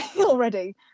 already